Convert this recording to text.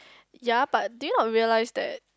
yea but do you not realize that